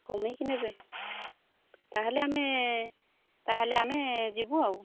କମେଇକି ନେବେ ତାହେଲେ ଆମେ ତାହେଲେ ଆମେ ଯିବୁ ଆଉ